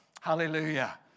Hallelujah